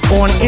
on